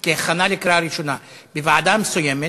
כהכנה לקריאה ראשונה בוועדה מסוימת,